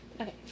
Okay